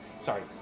Sorry